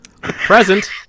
Present